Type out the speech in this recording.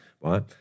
right